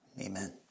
Amen